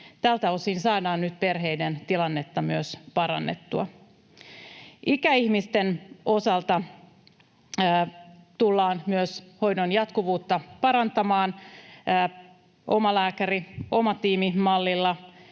Tältä osin saadaan nyt myös perheiden tilannetta parannettua. Ikäihmisten osalta tullaan hoidon jatkuvuutta parantamaan omalääkäri-, omatiimimallilla,